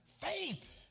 Faith